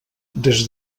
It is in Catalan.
des